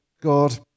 God